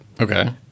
Okay